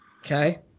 Okay